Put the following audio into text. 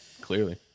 clearly